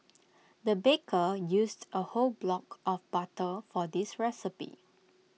the baker used A whole block of butter for this recipe